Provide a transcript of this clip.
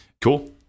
Cool